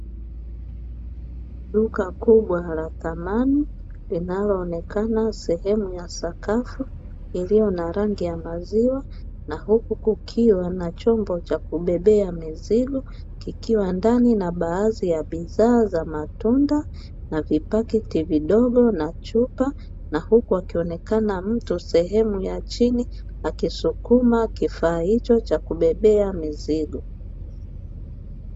Duka kubwa la thamani linaloonekana sehemu ya sakafu ilio na rangi ya maziwa na huku kukiwa na chombo cha kubebea mizigo kikiwa ndani na baadhi ya bidhaa za matunda na vipakiti vidogo na chupa na huku akionekana mtu sehemu ya chini akisukuma kifaa hicho cha kubebea mizigo.